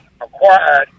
acquired